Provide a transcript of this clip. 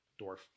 Dwarf